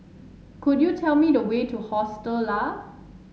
could you tell me the way to Hostel Lah